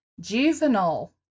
juvenile